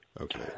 Okay